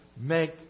make